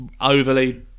overly